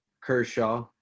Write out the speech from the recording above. Kershaw